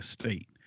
state